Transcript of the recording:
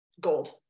gold